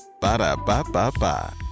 Ba-da-ba-ba-ba